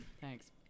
Thanks